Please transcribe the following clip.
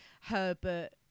Herbert